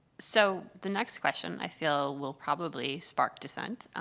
so, the next question i feel will probably spark dissent.